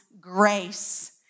grace